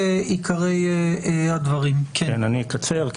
אני אקצר.